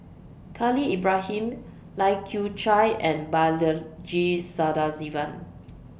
Khalil Ibrahim Lai Kew Chai and Balaji Sadasivan